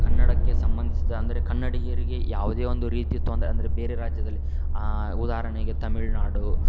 ಕನ್ನಡಕ್ಕೆ ಸಂಬಂಧಿಸಿದ ಅಂದರೆ ಕನ್ನಡಿಗರಿಗೆ ಯಾವುದೇ ಒಂದು ರೀತಿಯ ತೊಂದರೆ ಅಂದರೆ ಬೇರೆ ರಾಜ್ಯದಲ್ಲಿ ಉದಾಹರಣೆಗೆ ತಮಿಳುನಾಡು